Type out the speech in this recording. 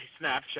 Snapchat